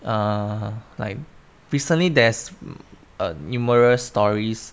err like recently there's um numerous stories